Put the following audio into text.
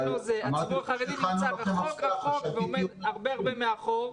הציבור החרדי נמצא רחוק רחוק ועומד הרבה הרבה מאחור.